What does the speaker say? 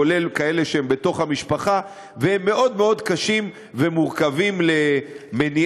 כולל כאלה שהם בתוך המשפחה והם מאוד מאוד קשים ומורכבים למניעה,